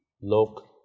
Look